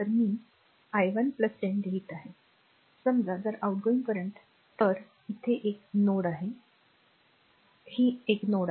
मी i 1 10 लिहित आहे समजा जर आउटगोइंग करंट इच्छा असेल तर ती नोड असेल ही नोड आहे